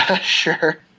Sure